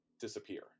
disappear